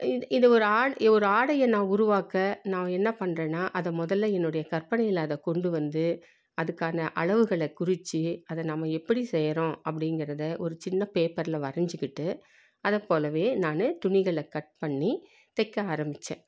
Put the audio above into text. இது இது ஒரு ஆண் இது ஒரு ஆடையை நான் உருவாக்க நான் என்ன பண்ணுறேன்னா அதை முதல்ல என்னுடைய கற்பனையில் அதை கொண்டு வந்து அதுக்கான அளவுகளை குறிச்சி அதை நம்ம எப்படி செய்யறோம் அப்படிங்கறத ஒரு சின்ன பேப்பரில் வரைஞ்சிக்கிட்டு அதை போலவே நானு துணிகளை கட் பண்ணி தைக்க ஆரம்பிச்சேன்